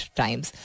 times